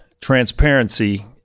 transparency